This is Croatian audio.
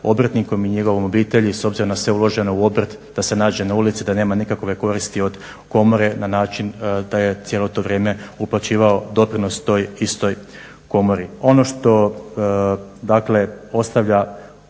obrtnikom i njegovom obitelji, s obzirom na sve uloženo u obrt da se nađe na ulici, da nema nikakve koristi od komore na način da je cijelo to vrijeme uplaćivao doprinos toj istoj komori. Ono što se dakle